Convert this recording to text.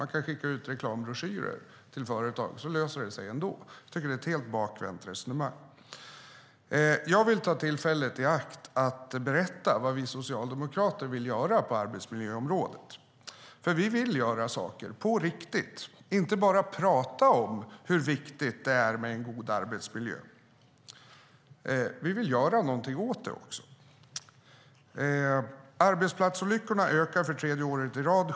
Man kan ju skicka ut reklambroschyrer till företag, så löser det sig ändå. Jag tycker att det är ett helt bakvänt resonemang. Jag vill ta tillfället i akt att berätta vad vi socialdemokrater vill göra på arbetsmiljöområdet, för vi vill göra saker på riktigt, inte bara prata om hur viktigt det är med en god arbetsmiljö. Vi vill också göra något åt det. Arbetsplatsolyckorna ökar för tredje året i rad.